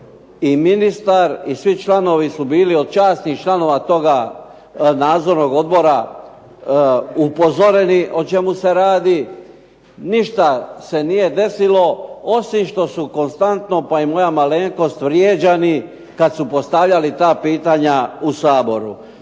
i ministar i svi članovi su bili, od časnih članova toga nadzornog odbora, upozoreni o čemu se radi. Ništa se nije desilo osim što su konstantno, pa i moja malenkost, vrijeđani kad su postavljali ta pitanja u Saboru.